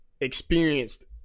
experienced